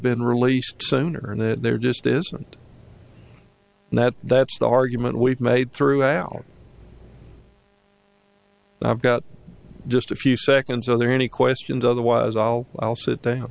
been released sooner and that there just isn't that that's the argument we've made throughout i've got just a few seconds are there any questions otherwise i'll sit down